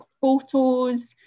photos